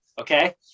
Okay